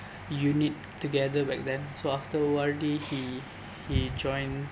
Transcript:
unit together back then so after O_R_D he he join